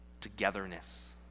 Togetherness